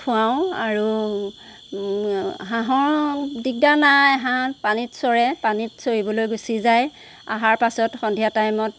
খোৱাওঁ আৰু হাঁহক দিগদাৰ নাই হাঁহ পানীত চৰে পানীত চৰিবলৈ গুচি যায় আহাৰ পাছত সন্ধিয়া টাইমত